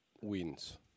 wins